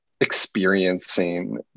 experiencing